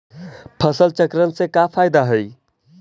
फसल चक्रण से का फ़ायदा हई?